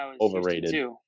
overrated